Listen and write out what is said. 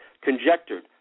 conjectured